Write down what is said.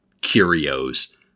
curios